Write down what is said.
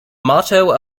motto